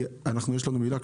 כי יש לנו מילה,